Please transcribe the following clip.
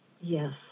Yes